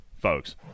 folks